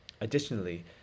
Additionally